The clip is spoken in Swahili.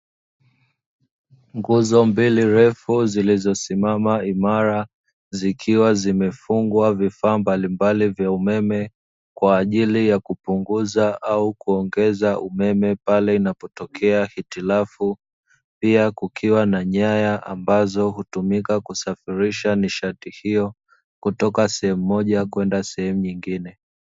Nguzo mbili refu zilizosimama imara, zikiwa zimefungwa vifaa mbalimbali vya umeme kwa ajili ya kupunguza au kuongeza umeme pale inapotokea hitilafu. Pia, kukiwa na nyaya ambazo hutumika kusafirisha nishati hiyo, kutoka sehemu moja kwenda sehemu nyingine.